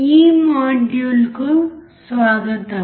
ఈ మాడ్యూల్కు స్వాగతం